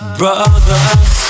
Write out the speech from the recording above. brothers